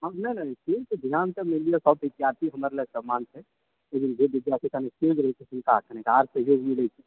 नहि नहि से तऽ ध्यान तऽ मानि लिए सब विद्यार्थी हमरा लए सामान छै लेकिन जे विद्यार्थी कनी तेज रहै छै तिनका कनी आर सहयोग मिलै छै